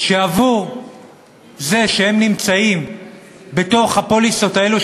שעבור זה שהם נמצאים בתוך הפוליסות האלה,